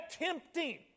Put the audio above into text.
attempting